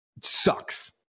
Sucks